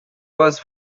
was